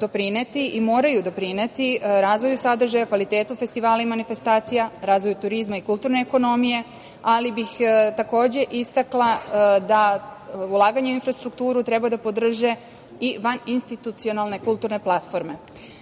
doprineti i moraju doprineti razvoju sadržaja, kvalitetu festivala i manifestacija, razvoju turizma i kulturne ekonomije, ali bih takođe istakla da ulaganje u infrastrukturu treba da podrže i vaninstitucionalne kulturne platforme. Jedan